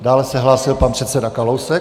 Dále se hlásil pan předseda Kalousek.